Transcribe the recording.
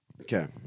Okay